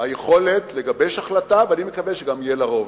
היכולת לגבש החלטה, ואני מקווה שגם יהיה לה רוב.